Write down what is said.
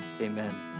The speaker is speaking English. amen